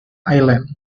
island